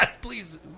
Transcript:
Please